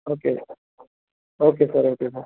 okay okay sir okay sir